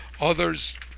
Others